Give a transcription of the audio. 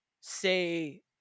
say